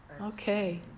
Okay